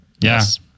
yes